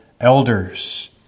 elders